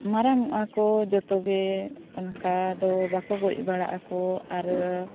ᱢᱟᱨᱟᱝ ᱚᱜᱼᱟᱠᱚ ᱡᱚᱛᱚᱜᱮ ᱚᱱᱠᱟ ᱫᱚ ᱵᱟᱠᱚ ᱜᱚᱡ ᱵᱟᱲᱟᱜ ᱟᱠᱚ ᱟᱨ